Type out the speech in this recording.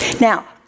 Now